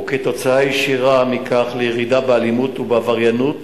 וכתוצאה ישירה מכך, לירידה באלימות ובעבריינות